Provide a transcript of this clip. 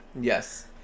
Yes